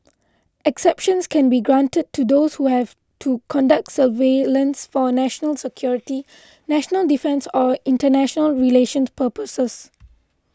exceptions can be granted to those who have to conduct surveillance for national security national defence or international relations purposes